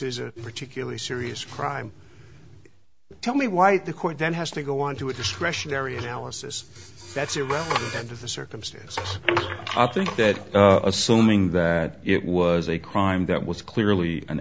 is a particularly serious crime tell me why the court then has to go onto a discretionary analysis that's it well under the circumstances i think that assuming that it was a crime that was clearly an